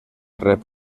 rep